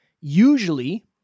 Usually